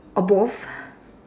or both